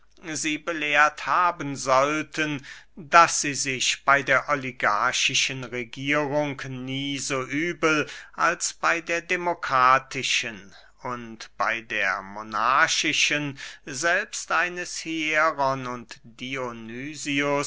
sie belehrt haben sollten daß sie sich bey der oligarchischen regierung nie so übel als bey der demokratischen und bey der monarchischen selbst eines hieron und